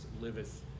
liveth